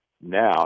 now